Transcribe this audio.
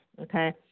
okay